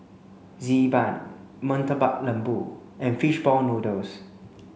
Xi Ban Murtabak Lembu and fish ball noodles